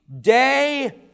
day